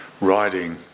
riding